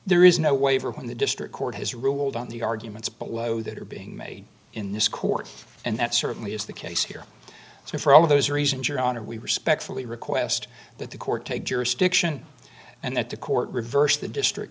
there is no waiver when the district court has ruled on the arguments but whoa that are being made in this court and that certainly is the case here so for all of those reasons your honor we respectfully request that the court take jurisdiction and that the court reversed the district